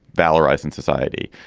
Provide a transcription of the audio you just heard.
valorize in society.